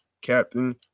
captain